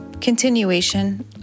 continuation